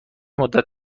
مدت